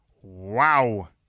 wow